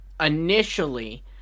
initially